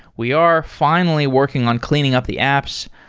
we are finally working on cleaning up the apps.